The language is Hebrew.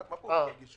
מה פירוש לא הגישו?